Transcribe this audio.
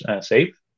save